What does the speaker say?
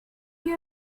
you